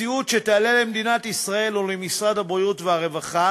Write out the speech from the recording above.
מציאות שתעלה למדינת ישראל או למשרד הבריאות ומשרד הרווחה